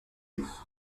nous